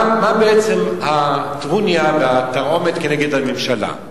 מה בעצם הטרוניה והתרעומת כנגד הממשלה?